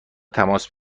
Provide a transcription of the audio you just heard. تماس